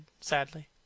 sadly